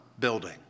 building